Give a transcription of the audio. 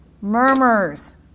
Murmurs